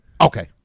Okay